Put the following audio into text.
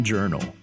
Journal